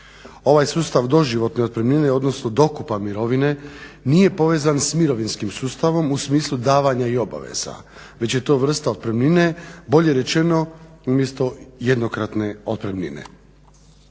Ovaj sustav doživotne otpremnine odnosno dokupa mirovine nije povezan s mirovinskim sustavom u smislu davanja i obaveza već je to vrsta otpremnine, bolje rečeno umjesto jednokratne otpremnine.